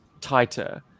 tighter